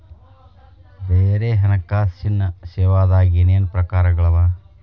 ಬ್ಯಾರೆ ಹಣ್ಕಾಸಿನ್ ಸೇವಾದಾಗ ಏನೇನ್ ಪ್ರಕಾರ್ಗಳವ?